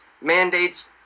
mandates